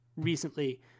recently